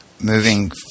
moving